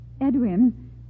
Edwin